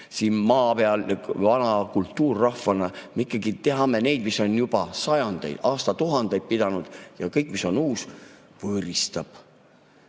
siin maa peal vana kultuurrahvana me ikkagi teame seda, mis on juba sajandeid, aastatuhandeid [vastu] pidanud, aga kõik, mis on uus, tekitab